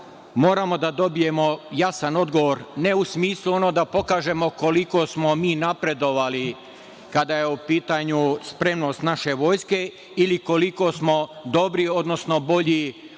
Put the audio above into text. moramo da dobijemo jasan odgovor ne u smislu da pokažemo koliko smo mi napredovali kada je u pitanju spremnost naše vojske ili koliko smo dobri, odnosno bolji